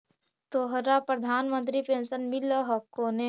तोहरा प्रधानमंत्री पेन्शन मिल हको ने?